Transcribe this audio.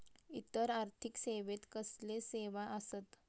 इतर आर्थिक सेवेत कसले सेवा आसत?